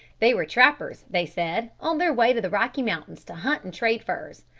they were trappers, they said, on their way to the rocky mountains to hunt and trade furs.